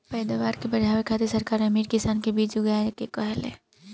पैदावार के बढ़ावे खातिर सरकार अमीर किसान के बीज उगाए के कहेले